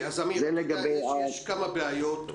יש כמה בעיות,